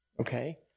Okay